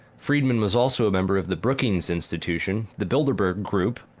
friedman was also a member of the brookings institution, the bilderberg group,